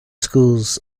schools